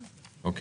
הצבעה אושר.